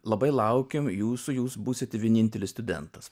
labai laukiam jūsų jūs būsite vienintelis studentas